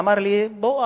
אמר לי: בוא,